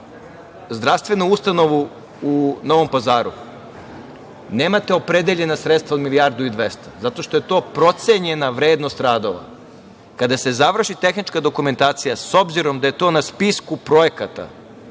zdravstvenu ustanovu u Novom Pazaru nemate opredeljenja sredstva od milijardu i 200 zato što je to procenjena vrednost radova. Kada se završi tehnička dokumentacija, s obzirom da je to na spisku projekata,